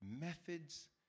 methods